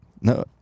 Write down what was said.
No